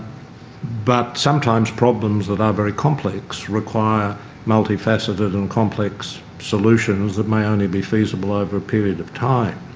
but sometimes problems that are very complex require multifaceted and complex solutions that may only be feasible over a period of time.